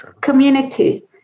community